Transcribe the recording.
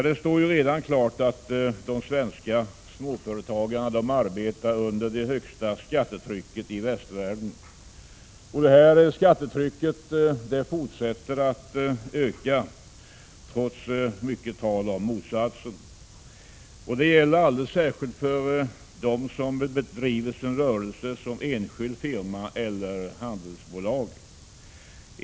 Det står ju redan klart att de svenska småföretagarna arbetar under det högsta skattetrycket i västvärlden. Och detta skattetryck fortsätter att öka, trots mycket tal om motsatsen. Detta gäller alldeles särskilt för alla dem som driver sin rörelse som enskild firma eller handelsbolag.